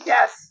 Yes